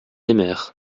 aimèrent